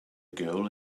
girl